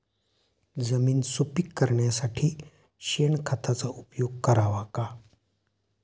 जमीन सुपीक करण्यासाठी शेणखताचा उपयोग करावा का?